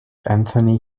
anthony